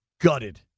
gutted